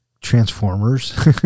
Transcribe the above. Transformers